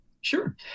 Sure